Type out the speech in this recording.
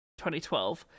2012